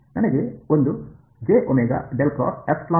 ನನಗೆ ಒಂದು ಇದೆ